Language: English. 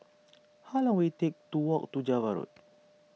how long will it take to walk to Java Road